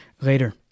later